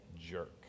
jerk